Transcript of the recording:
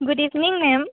गुद इभिनिं मेम